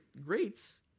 greats